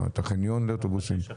את החניון לאוטובוסים.